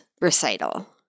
recital